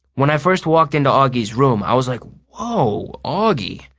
when i first walked into auggie's room, i was like, whoa, auggie,